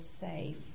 safe